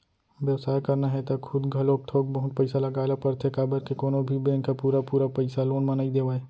बेवसाय करना हे त खुद घलोक थोक बहुत पइसा लगाए ल परथे काबर के कोनो भी बेंक ह पुरा पुरा पइसा लोन म नइ देवय